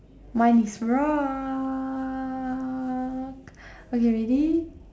mine is rock okay ready